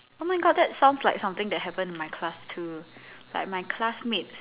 oh my god that sounds like something that happened in my class too like my classmates